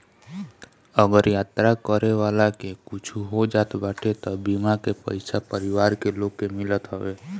अगर यात्रा करे वाला के कुछु हो जात बाटे तअ बीमा के पईसा परिवार के लोग के मिलत हवे